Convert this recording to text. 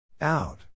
Out